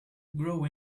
grow